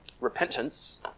Repentance